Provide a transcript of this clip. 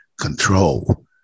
control